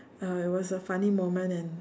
uh it was a funny moment and